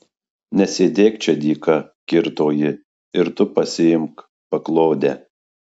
nesėdėk čia dyka kirto ji ir tu pasiimk paklodę